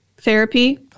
therapy